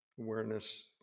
awareness